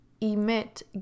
emit